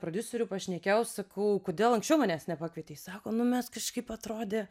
prodiuseriu pašnekėjau sakau kodėl anksčiau manęs nepakvietei sako nu mes kažkaip atrodė